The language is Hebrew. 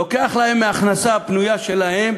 לוקח להם מההכנסה הפנויה שלהם